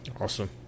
Awesome